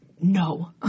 No